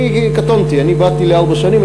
אני קטונתי, אני באתי לארבע שנים.